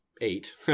eight